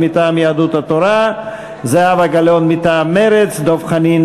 דרך אגב, ההודעה נמסרה למליאה ב-8 במאי שנה זו.